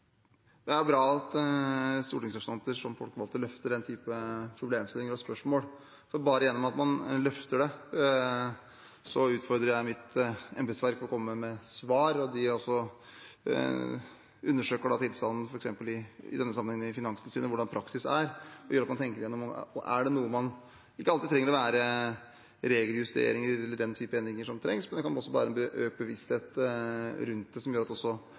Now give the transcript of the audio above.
spørsmål. Gjennom at man løfter det, utfordrer jeg mitt embetsverk til å komme med svar, og de undersøker tilstanden, i denne sammenhengen f.eks. i Finanstilsynet, hvordan praksis er, og det gjør at man tenker gjennom om det er noe. Det er ikke alltid det er regeljusteringer eller den typen endringer som trengs, det kan også være bare økt bevissthet rundt det, som gjør at